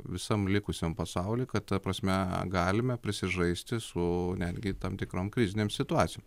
visam likusiam pasauliui kad prasme galime prisižaisti su netgi tam tikroms krizinėm situacijom